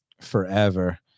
forever